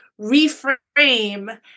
reframe